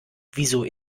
wieso